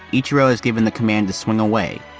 ichiro's given the command to swing away.